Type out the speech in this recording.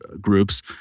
groups